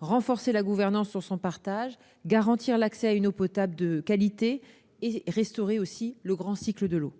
renforcer la gouvernance sur son partage, garantir l'accès à une eau potable de qualité et restaurer le grand cycle de l'eau.